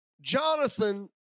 Jonathan